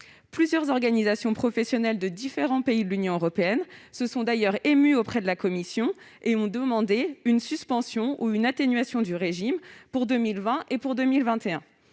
Plusieurs organisations professionnelles de différents pays de l'Union européenne se sont d'ailleurs émues de cette situation auprès de la Commission et ont demandé une suspension ou une atténuation du régime pour 2020 et 2021.